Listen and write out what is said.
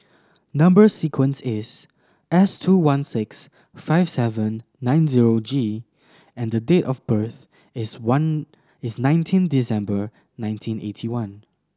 number sequence is S two one six five seven nine zero G and date of birth is one is nineteen December nineteen eighty one